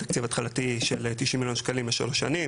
תקציב התחלתי של 90 מיליון שקלים לשלוש שנים.